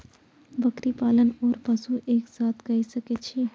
बकरी पालन ओर पशु एक साथ कई सके छी?